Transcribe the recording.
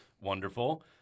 wonderful